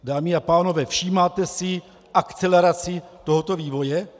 Dámy a pánové, všímáte si, akcelerace tohoto vývoje?